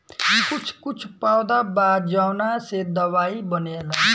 कुछ कुछ पौधा बा जावना से दवाई बनेला